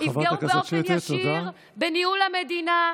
יפגעו באופן ישיר בניהול המדינה,